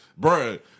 bruh